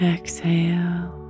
Exhale